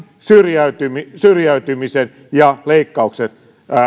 syrjäytymisen syrjäytymisen ja leikkaukset